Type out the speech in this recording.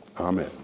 Amen